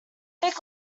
thick